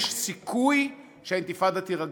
יש סיכוי שהאינתיפאדה תירגע.